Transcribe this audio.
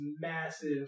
massive